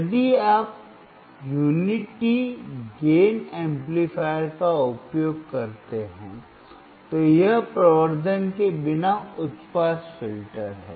यदि आप एकता लाभ एम्पलीफायर का उपयोग करते हैं तो यह प्रवर्धन के बिना उच्च पास फिल्टर है